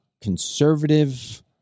Conservative